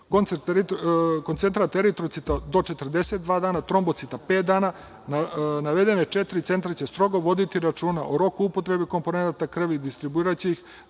koncentrat eritrocita do 42 dana, trombocita pet dana, navedena četiri centra će strogo voditi računa o roku upotrebe komponenata krvi i distribuiraće ih